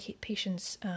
patients